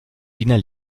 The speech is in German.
wiener